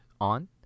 on